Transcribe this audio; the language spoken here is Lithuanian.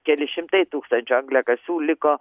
keli šimtai tūkstančių angliakasių liko